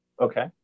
okay